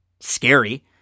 scary